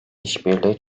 işbirliği